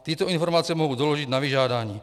Tyto informace mohu doložit na vyžádání.